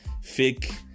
fake